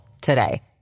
today